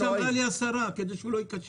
רק משפט שאמרה לי השרה, כדי שהוא לא ייכשל.